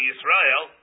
Israel